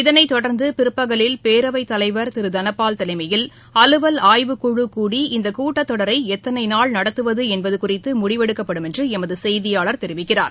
இதனைத்தொடர்ந்து பிற்பகலில் பேரவைத் தலைவர் திரு தனபால் தலைமையில் அலுவல் ஆய்வுக்குழு கூடி இந்த கூட்டத்தொடரை எத்தனை நாள் நடத்துவது என்பது குறித்து முடிவெடுக்கப்படும் என்று எமது செய்தியாளர் தெரிவிக்கிறார்